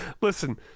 Listen